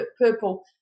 purple